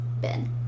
Ben